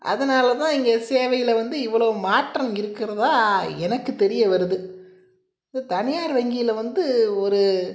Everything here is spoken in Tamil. அதனால தான் இங்கே சேவையில் வந்து இவ்வளோ மாற்றம் இருக்கிறதா எனக்கு தெரியவருது தனியார் வங்கியில் வந்து ஒரு